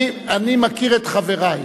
אני מכיר את חברי.